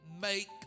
make